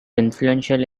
influential